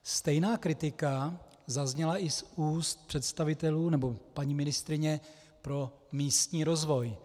Stejná kritika zazněla i z úst představitelů nebo paní ministryně pro místní rozvoj.